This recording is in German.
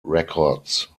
records